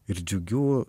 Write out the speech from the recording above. ir džiugių